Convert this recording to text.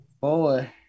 Boy